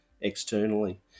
externally